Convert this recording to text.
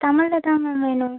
தமிழில் தான் மேம் வேணும்